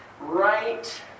right